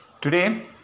Today